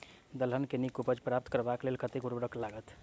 दलहन केँ नीक उपज प्राप्त करबाक लेल कतेक उर्वरक लागत?